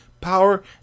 power